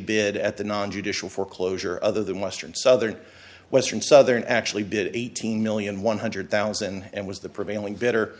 bid at the non judicial foreclosure other than western southern western southern actually bid eighteen million one hundred thousand and was the prevailing better